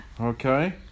Okay